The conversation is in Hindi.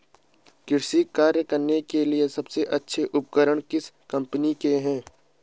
कृषि कार्य करने के लिए सबसे अच्छे उपकरण किस कंपनी के हैं?